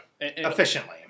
efficiently